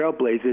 Trailblazers